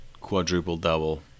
quadruple-double